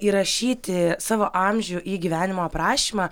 įrašyti savo amžių į gyvenimo aprašymą